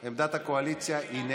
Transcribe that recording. עמדת הקואליציה היא נגד.